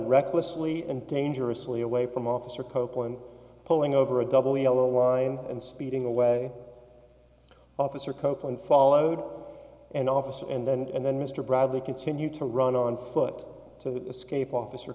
recklessly and dangerously away from officer copeland pulling over a double yellow line and speeding away officer copeland followed and officer and then and then mr bradley continued to run on foot to scape officer